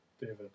David